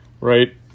right